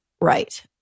Right